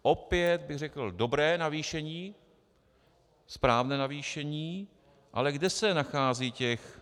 Opět bych řekl, dobré navýšení, správné navýšení, ale kde se nachází těch 220 mil.?